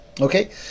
Okay